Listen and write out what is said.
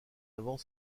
avant